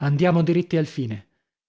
andiamo diritti al fine